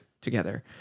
together